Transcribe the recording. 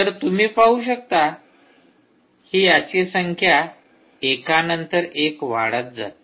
तर तुम्ही पाहू शकता ही याची संख्या एकानंतर एक वाढत जाते